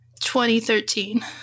2013